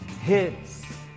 hits